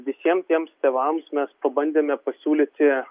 visiem tiems tėvams mes pabandėme pasiūlyti